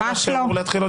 ממש לא.